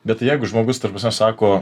bet tai jeigu žmogus ta prasme sako